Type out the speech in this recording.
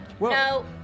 No